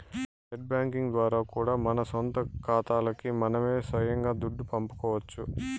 net banking ద్వారా కూడా మన సొంత కాతాలకి మనమే సొయంగా దుడ్డు పంపుకోవచ్చు